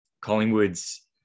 Collingwood's